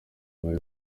bari